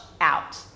out